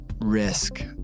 risk